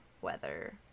weather